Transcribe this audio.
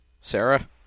Sarah